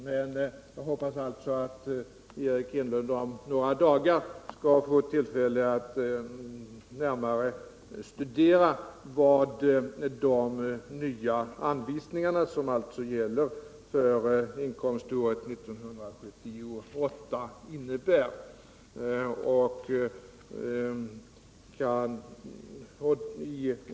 Men jag hoppas att Eric Enlund om några dagar skall få tillfälle att närmare studera vad de nya anvisningarna, som avser inkomståret 1978, innebär.